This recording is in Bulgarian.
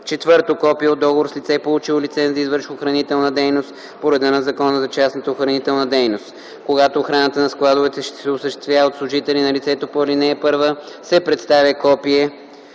тях; 4. копие от договор с лице, получило лиценз да извършва охранителна дейност по реда на Закона за частната охранителна дейност; когато охраната на складовете ще се осъществява от служители на лицето по ал. 1, се представя копие